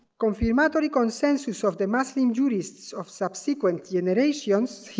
confirmatory consensus of the muslim jurists of subsequent generations,